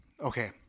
Okay